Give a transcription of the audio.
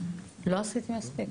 לא עשיתי מספיק.